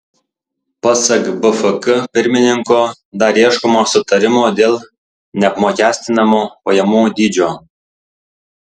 pasak bfk pirmininko dar ieškoma sutarimo dėl neapmokestinamo pajamų dydžio